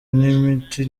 n’imiti